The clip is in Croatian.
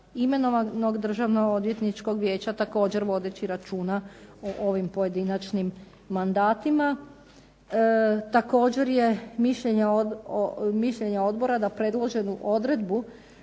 imenovanog Državnog odvjetničkog vijeća također vodeći računa o ovim pojedinačnim mandatima. Također je mišljenje odbora da predloženu odredbu